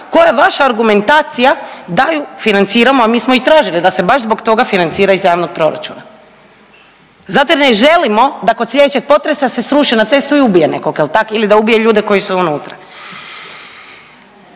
koja je vaša argumentacija da ju financiramo, a mi smo i tražili da se baš zbog toga financira iz javnog proračuna zato jer ne želimo da kod slijedećeg potresa se sruši na cestu i ubije nekog jel tak ili da ubije ljude koji su unutra.